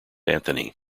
anthony